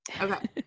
Okay